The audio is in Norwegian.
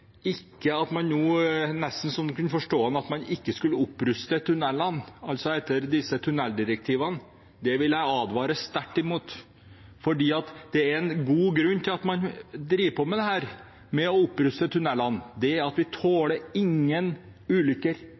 nesten så man kunne forstå ham slik – at man ikke skulle oppruste tunnelene, altså etter disse tunneldirektivene. Det vil jeg advare sterkt mot. Det er en god grunn til at man driver og oppruster tunnelene, og det er at vi ikke tåler noen ulykker – ingen ulykker